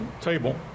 table